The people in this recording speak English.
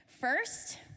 First